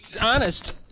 honest